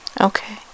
Okay